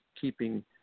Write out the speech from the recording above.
keeping